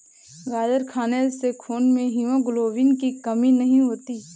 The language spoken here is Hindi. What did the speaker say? गाजर खाने से खून में हीमोग्लोबिन की कमी नहीं होती